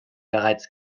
bereits